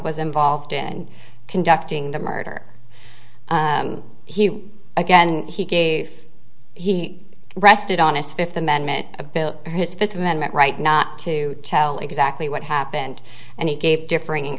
was involved in conducting the murder he again he gave he rested on his fifth amendment a bill his fifth amendment right not to tell exactly what happened and he gave differing